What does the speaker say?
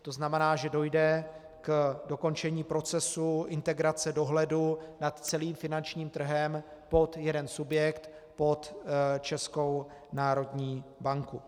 To znamená, že dojde k dokončení procesu integrace dohledu nad celým finančním trhem pod jeden subjekt, pod Českou národní banku.